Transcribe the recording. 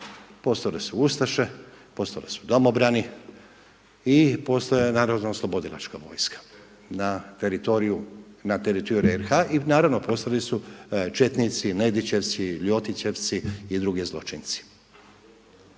Postojale su ustaše, postojali su domobrani i postojala je narodno oslobodilačka vojska na teritoriju RH i naravno postojali su četnici, „Nedićevci“, „Ljotićevci“ i drugi zločinci.